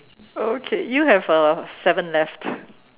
okay you have uh seven left